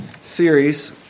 series